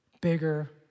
bigger